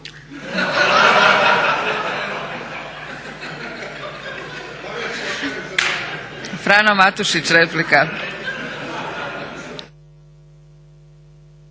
Frano Matušić, replika.